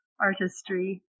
artistry